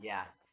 Yes